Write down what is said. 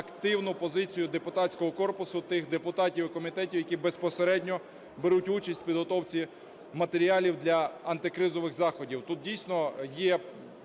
активну позицію депутатського корпусу, тих депутатів і комітетів, які безпосередньо беруть участь у підготовці матеріалів для антикризових заходів.